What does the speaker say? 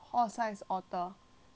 that means 它很大个 eh